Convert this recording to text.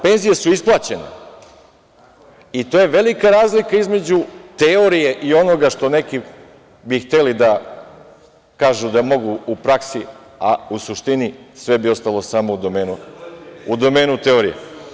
Penzije su isplaćene i to je velika razlika između teorije i onoga što neki bi hteli da kažu da mogu u praksi, a u suštini sve bi ostalo samo u domenu teorije.